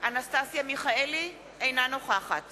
אנסטסיה מיכאלי אינה נוכחת